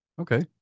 Okay